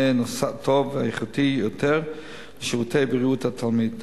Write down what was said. טוב ואיכותי יותר לשירותי בריאות התלמיד.